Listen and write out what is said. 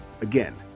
again